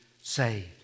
saved